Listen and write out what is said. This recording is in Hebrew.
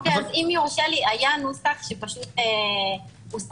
אם יורשה לי, היה נוסח שפשוט הוסר.